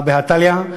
הא בהא תליא,